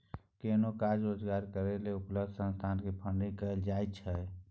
कोनो काज रोजगार करै लेल उपलब्ध संसाधन के फन्डिंग कहल जाइत छइ